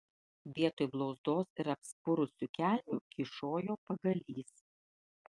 vietoj blauzdos iš apspurusių kelnių kyšojo pagalys